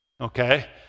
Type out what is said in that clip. okay